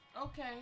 Okay